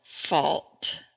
fault